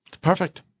Perfect